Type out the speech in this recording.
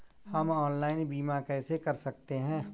हम ऑनलाइन बीमा कैसे कर सकते हैं?